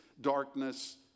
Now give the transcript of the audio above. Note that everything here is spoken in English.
darkness